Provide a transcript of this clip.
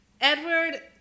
Edward